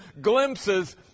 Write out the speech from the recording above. glimpses